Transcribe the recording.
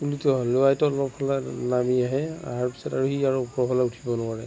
পুলিটো হলোৱাই তলৰ ফালে নামি আহে তাৰপিছত সি আৰু ওপৰ ফালে উঠিব নোৱাৰে